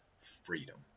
freedom